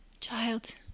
Child